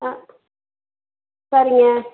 ஆ சரிங்க